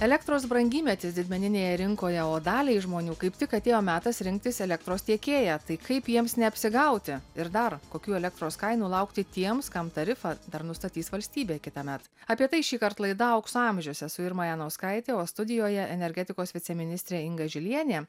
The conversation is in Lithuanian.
elektros brangymetis didmeninėje rinkoje o daliai žmonių kaip tik atėjo metas rinktis elektros tiekėją tai kaip jiems neapsigauti ir dar kokių elektros kainų laukti tiems kam tarifą dar nustatys valstybė kitąmet apie tai šįkart laida aukso amžiaus esu irma janauskaitė o studijoje energetikos viceministrė inga žilienė